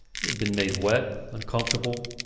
he had been made wet, uncomfortable,